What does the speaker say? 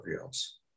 else